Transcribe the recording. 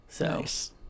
Nice